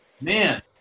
man